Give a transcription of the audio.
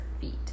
feet